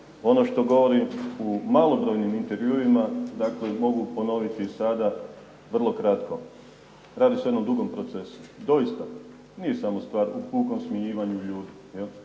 ono što govorim u malobrojnim intervjuima dakle mogu ponoviti sada vrlo kratko. Radi se o jednom dugom procesu, doista. Nije samo stvar u pukom smjenjivanju ljudi.